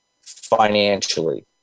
financially